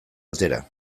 atera